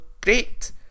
great